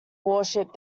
worship